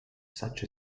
such